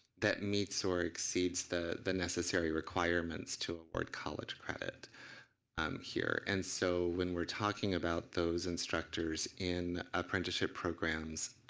that meets or exceeds the the necessary requirements to award college credit here, and so when we're talking about those instructors in apprenticeship programs